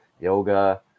yoga